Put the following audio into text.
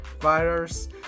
virus